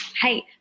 hey